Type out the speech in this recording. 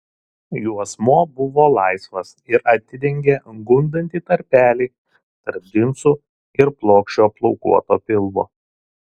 juosmuo buvo laisvas ir atidengė gundantį tarpelį tarp džinsų ir plokščio plaukuoto pilvo